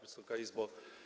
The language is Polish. Wysoka Izbo!